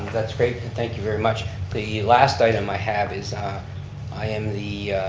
that's great, and thank you very much. the last item i have is i am the